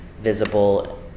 visible